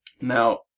Now